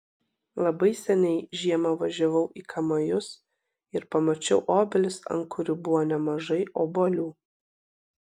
labai seniai žiemą važiavau į kamajus ir pamačiau obelis ant kurių buvo nemažai obuolių